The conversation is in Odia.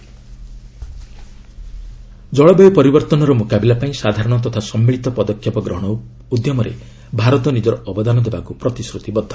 ସୁଷମା ଇୟୁ କ୍ଲାଇମେଟ୍ ଜଳବାୟ ପରିବର୍ତ୍ତନର ମ୍ରକାବିଲା ପାଇଁ ସାଧାରଣ ତଥା ସମ୍ମିଳିତ ପଦକ୍ଷେପ ଗ୍ରହଣ ଉଦ୍ୟମରେ ଭାରତ ନିଜର ଅବଦାନ ଦେବାକୁ ପ୍ରତିଶ୍ରତିବଦ୍ଧ